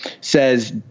says